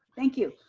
thank you.